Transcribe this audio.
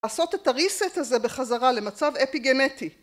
לעשות את הריסט הזה בחזרה למצב אפי-גנטי.